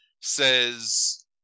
says